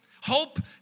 Hope